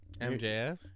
MJF